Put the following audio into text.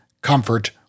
comfort